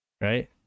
Right